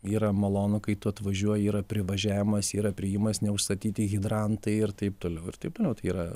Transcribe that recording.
yra malonu kai tu atvažiuoji yra privažiavimas yra priėjimas neužstatyti hidrantai ir taip toliau ir taip toliau tai yra